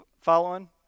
Following